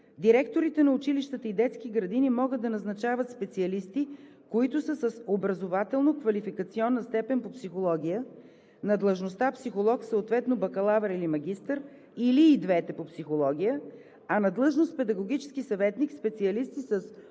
директорите на училищата и детските градини могат да назначават специалисти, които са с образователно-квалификационна степен по психология на длъжността „психолог“, съответно „бакалавър“ или „магистър“, или и двете по психология, а на длъжност „педагогически съветник“ – специалисти с образователно-квалификационна степен „бакалавър“